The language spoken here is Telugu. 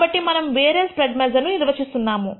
కాబట్టి మనము వేరే స్ప్రెడ్ మెజర్ ను నిర్వచిస్తున్నాము